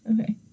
Okay